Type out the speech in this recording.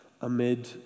amid